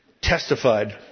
Testified